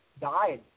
died